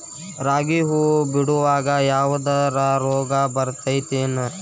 ರಾಗಿ ಹೂವು ಬಿಡುವಾಗ ಯಾವದರ ರೋಗ ಬರತೇತಿ ಏನ್?